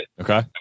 Okay